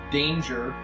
danger